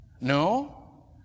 No